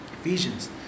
Ephesians